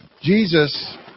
Jesus